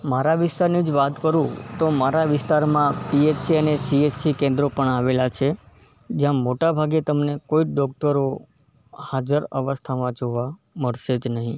મારા વિસ્તારની જ વાત કરું તો મારા વિસ્તારમાં પી એચ સી અને સી એચ સી કેન્દ્રો પણ આવેલાં છે જ્યાં મોટા ભાગે તમને કોઈ જ ડૉક્ટરો હાજર અવસ્થામાં જોવા મળશે જ નહીં